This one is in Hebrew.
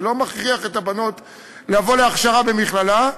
אני לא מכריח את הבנות לבוא להכשרה במכללה.